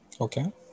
Okay